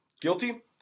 guilty